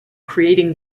creating